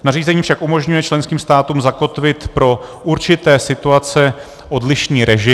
Nařízení však umožňuje členským státům zakotvit pro určité situace odlišný režim.